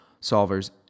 solver's